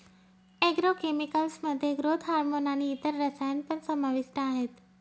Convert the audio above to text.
agro chemicals मध्ये growth hormone आणि इतर रसायन पण समाविष्ट आहेत